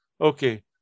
Okay